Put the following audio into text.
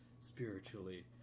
spiritually